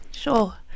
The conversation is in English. Sure